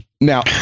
now